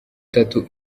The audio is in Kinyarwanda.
tattoo